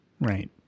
Right